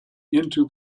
into